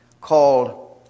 called